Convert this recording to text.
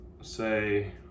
say